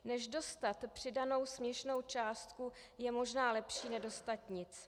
Než dostat přidanou směšnou částku, je možná lepší nedostat nic.